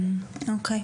אוקיי.